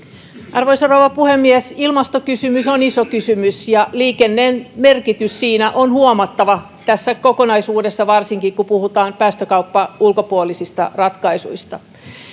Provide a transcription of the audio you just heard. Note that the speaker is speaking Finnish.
arvoisa rouva puhemies ilmastokysymys on iso kysymys ja liikenteen merkitys siinä on huomattava varsinkin tässä kokonaisuudessa kun puhutaan päästökaupan ulkopuolisista ratkaisuista